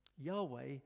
Yahweh